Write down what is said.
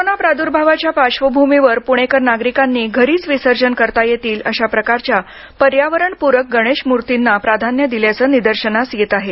corona प्राद्भावाच्या पार्श्वभूमीवर पुणेकर नागरिकांनी घरीच विसर्जन करता येतील अशा प्रकारच्या पर्यावरणप्रक गणेश मूर्तीना प्राधान्य दिल्याचं निदर्शनास येत आहे